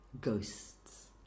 ghosts